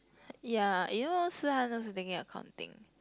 ya you know Si-Han also taking accounting